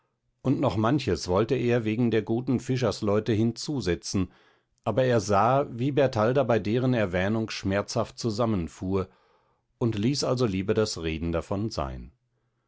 und noch manches wollte er wegen der guten fischersleute hinzusetzen aber er sah wie bertalda bei deren erwähnung schmerzhaft zusammenfuhr und ließ also lieber das reden davon sein